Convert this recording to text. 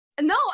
no